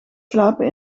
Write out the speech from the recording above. slapen